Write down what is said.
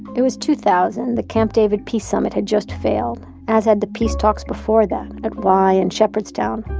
it was two thousand, the camp david peace summit had just failed. as had the peace talks before that, at wye and shepherdstown.